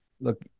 look